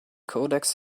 kodex